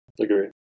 Agree